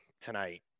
tonight